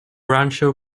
rancho